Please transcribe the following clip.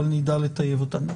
אבל נדע לטייב אותם.